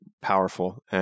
Powerful